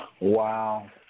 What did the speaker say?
Wow